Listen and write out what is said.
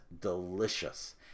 delicious